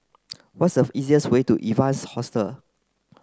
what's a easiest way to Evans Hostel